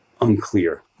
unclear